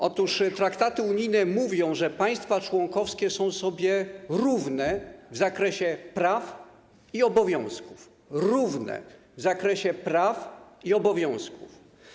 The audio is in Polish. Otóż traktaty unijne mówią, że państwa członkowskie są sobie równe w zakresie praw i obowiązków, równe w zakresie praw i obowiązków.